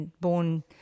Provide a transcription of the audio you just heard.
born